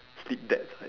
sleep that tight